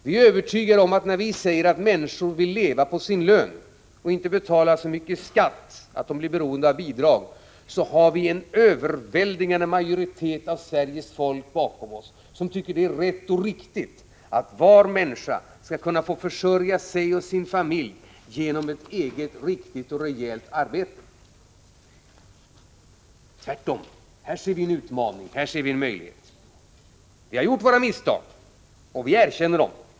Vi är övertygade om att när vi säger att människor vill leva på sin lön och inte betala så mycket i skatt att de blir beroende av bidrag har vi en överväldigande majoritet av Sveriges folk bakom oss, som tycker det är rätt och riktigt att varje människa skall kunna få försörja sig och sin familj genom ett eget, riktigt och rejält arbete. Här ser vi en utmaning och en möjlighet. Vi har gjort våra misstag, och vi erkänner dem.